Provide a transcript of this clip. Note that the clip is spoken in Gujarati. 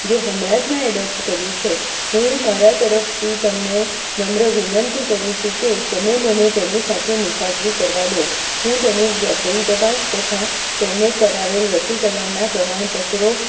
જે હમણાં મેં જ એડોપ્ટ કર્યું છે હું મારા તરફથી તમને નમ્ર વિનંતી કરું છું કે તમે મને તેની સાથે મુસાફરી કરવા દો હું તેની ડોક્ટરી તપાસ તથા તેને કરાવેલ રસીકરણના પ્રમાણપત્રો